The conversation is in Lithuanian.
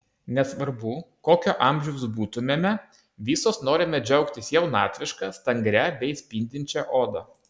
nesvarbu kokio amžiaus būtumėme visos norime džiaugtis jaunatviška stangria bei spindinčia oda